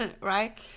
right